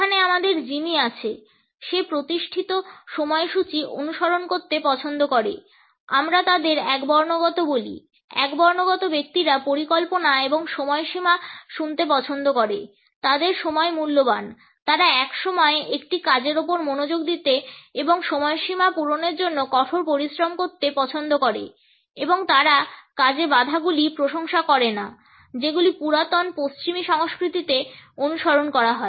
এখানে আমাদের জিমি আছে সে প্রতিষ্ঠিত সময়সূচী অনুসরণ করতে পছন্দ করে আমরা তাদের একবর্ণগত বলি একবর্ণগত ব্যক্তিরা পরিকল্পনা এবং সময়সীমা শুনতে পছন্দ করে তাদের সময় মূল্যবান তারা এক সময়ে একটি কাজের উপর মনোযোগ দিতে এবং সময়সীমা পূরণের জন্য কঠোর পরিশ্রম করতে পছন্দ করে এবং তারা কাজে বাধাগুলির প্রশংসা করে না যেগুলি পুরাতন পশ্চিমী সংস্কৃতিতে অনুসরণ করা হয়